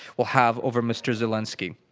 will have over mr. zelinsky.